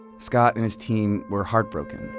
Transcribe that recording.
scott and his team were heartbroken.